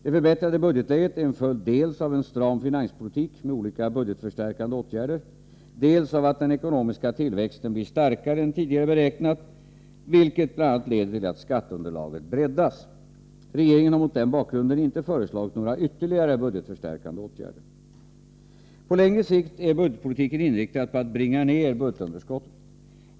Det förbättrade budgetläget är en följd dels av en stram finanspolitik med olika budgetförstärkande åtgärder, dels av att den ekonomiska tillväxten blir starkare än tidigare beräknat, vilket bl.a. leder till att skatteunderlaget breddas. Regeringen har mot denna bakgrund inte föreslagit några ytterligare budgetförstärkande åtgärder. På längre sikt är budgetpolitiken inriktad på att bringa ned budgetunderskottet.